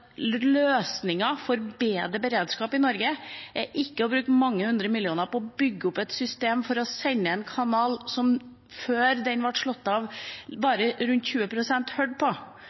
for bedre beredskap i Norge er å bruke mange hundre millioner kroner på å bygge opp et system for å sende en kanal som bare rundt 20 pst. hørte på før den ble slått av